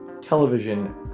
television